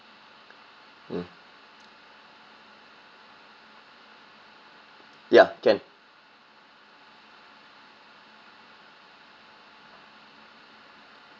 mm ya can